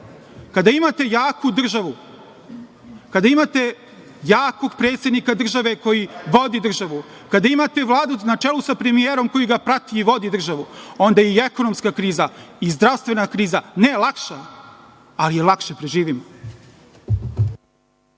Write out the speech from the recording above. kada imate jaku državu, kada imate jakog predsednika države koji vodi državu, kada imate Vladu na čelu sa premijerom koji ga prate i vodi državu, onda i ekonomska kriza, i zdravstvena kriza nije lakša, ali je lakše preživimo.